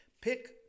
Pick